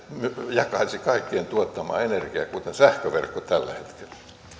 jakaisi kaikkien tuottamaa energiaa kuten sähköverkko tällä hetkellä